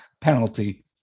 penalty